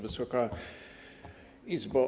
Wysoka Izbo!